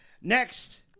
Next